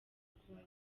ukundi